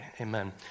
amen